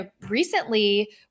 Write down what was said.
recently